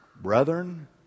brethren